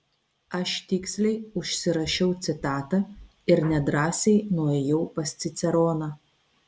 aš tiksliai užsirašiau citatą ir nedrąsiai nuėjau pas ciceroną